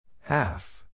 Half